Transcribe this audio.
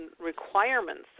requirements